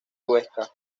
huesca